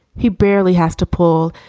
he barely has to pull.